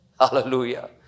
Hallelujah